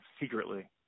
secretly